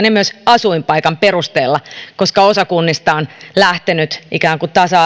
ja myös asuinpaikan perusteella koska osa kunnista on lähtenyt ikään kuin tasa